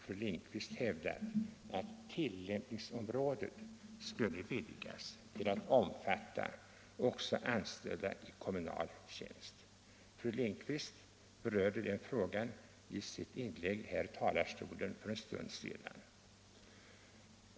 fru Lindquist hävdat att tillämpningsområdet borde vidgas till att omfatta — Nr 94 också anställda i kommunal tjänst. Fru Lindquist berörde den frågan Onsdagen den i sitt inlägg här för en stund sedan.